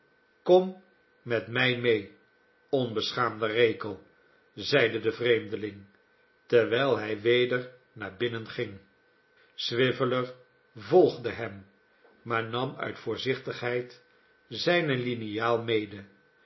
kom met mij mee onbeschaamde rekell zeide de vreemdeling terwijl hij weder naar binnen ging swiveller volgde hem maar nam uit voorzichtigheid zijne liniaal mede